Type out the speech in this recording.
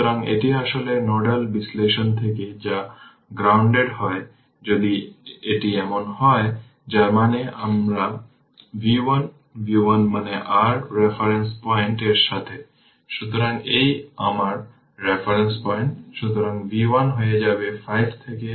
সুতরাং এই 1 Ω এবং 4 Ω তারা প্যারালালি ওপেন থাকলে কি হবে তার মানে তাদের ইকুইভ্যালেন্ট রেজিস্টর হবে 1 4 1 4 08 Ω এবং এর সাথে এই 2 Ω রেজিস্টর সিরিজে রয়েছে